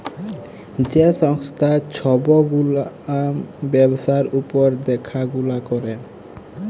যে সংস্থা ছব গুলা ব্যবসার উপর দ্যাখাশুলা ক্যরে